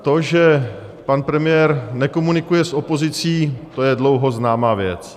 To, že pan premiér nekomunikuje s opozicí, to je dlouho známá věc.